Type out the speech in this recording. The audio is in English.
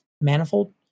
manifold